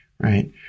right